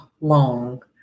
long